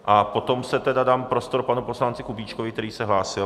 A potom tedy dám prostor panu poslanci Kubíčkovi, který se hlásil.